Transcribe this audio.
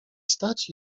stać